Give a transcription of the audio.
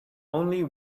only